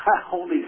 holy